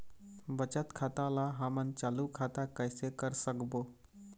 बचत खाता ला हमन चालू खाता कइसे कर सकबो?